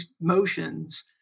motions